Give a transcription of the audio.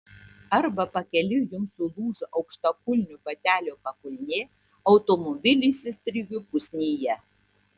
arba pakeliui jums sulūžo aukštakulnių batelių pakulnė automobilis įstrigo pusnyje